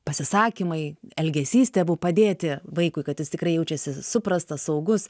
pasisakymai elgesys tėvų padėti vaikui kad jis tikrai jaučiasi suprastas saugus